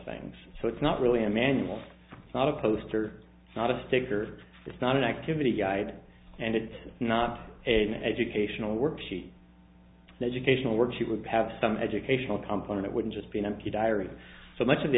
things so it's not really a manual it's not a poster it's not a sticker it's not an activity guide and it's not a good educational worksheet that occasional works you would have some educational component it wouldn't just be an empty diary so much of the